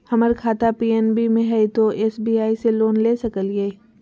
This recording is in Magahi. हमर खाता पी.एन.बी मे हय, तो एस.बी.आई से लोन ले सकलिए?